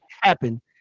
happen